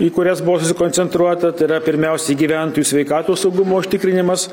į kurias buvo susikoncentruota tai yra pirmiausiai gyventojų sveikatos saugumo užtikrinimas